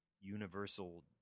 Universal